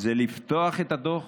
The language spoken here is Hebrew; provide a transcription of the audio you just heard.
זה לפתוח את הדוח